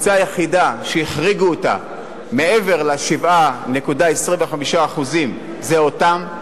הקבוצה היחידה שהחריגו אותה מעבר ל-7.25% זה הם,